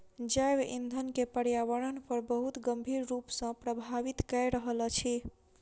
जैव ईंधन के पर्यावरण पर बहुत गंभीर रूप सॅ प्रभावित कय रहल अछि